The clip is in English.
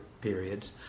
periods